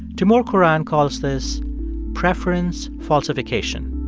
timur kuran calls this preference falsification.